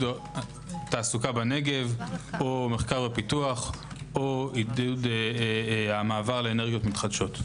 תעסוקה בנגב או מחקר ופיתוח או עידוד המעבר לאנרגיות מתחדשות.